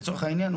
לצורך העניין,